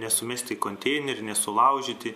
nesumesti į konteinerį nesulaužyti